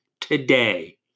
today